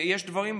יש דברים,